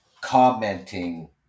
commenting